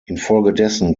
infolgedessen